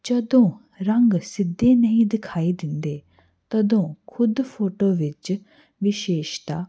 ਜਦੋਂ ਰੰਗ ਸਿੱਧੇ ਨਹੀਂ ਦਿਖਾਈ ਦਿੰਦੇ ਤਦੋਂ ਖੁਦ ਫੋਟੋ ਵਿੱਚ ਵਿਸ਼ੇਸ਼ਤਾ